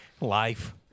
Life